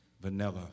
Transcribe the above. vanilla